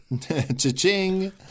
Cha-ching